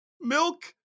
Milk